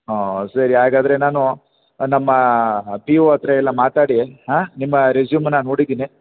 ಹಾಂ ಸರಿ ಹಾಗಾದರೆ ನಾನು ನಮ್ಮ ಬಿ ಓ ಹತ್ತಿರ ಎಲ್ಲ ಮಾತಾಡಿ ಆಂ ನಿಮ್ಮ ರೆಸ್ಯೂಮನ್ನು ನೋಡಿದ್ದೀನಿ